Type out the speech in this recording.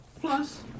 Plus